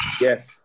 Yes